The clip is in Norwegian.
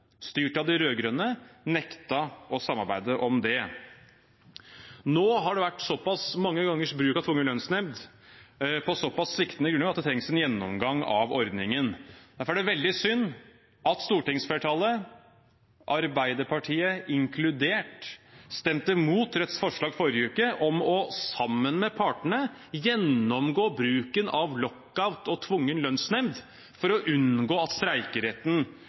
styrt av de rød-grønne, nektet å samarbeide om det. Nå har det vært såpass mange gangers bruk av tvungen lønnsnemnd på såpass sviktende grunnlag at det trengs en gjennomgang av ordningen. Derfor er det veldig synd at stortingsflertallet, Arbeiderpartiet inkludert, stemte imot Rødts forslag i forrige uke om sammen med partene å gjennomgå bruken av lockout og tvungen lønnsnemnd for å unngå at streikeretten